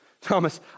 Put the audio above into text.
Thomas